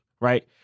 right